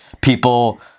people